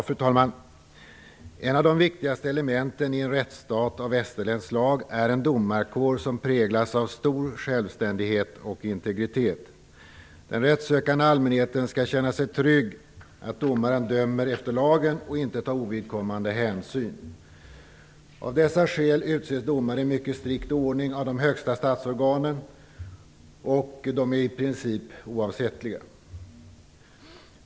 Fru talman! En av de viktigaste elementen i en rättsstat av västerländskt slag är en domarkår som präglas av stor självständighet och integritet. Den rättssökande allmänheten skall känna sig trygg att domaren dömer efter lagen och inte tar ovidkommande hänsyn. Av dessa skäl utses domare i mycket strikt ordning av de högsta statsorganen, och de är i princip oavsättliga.